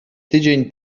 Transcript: tydzień